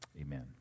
amen